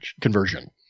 conversion